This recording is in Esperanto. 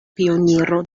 pioniro